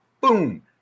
Boom